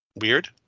weird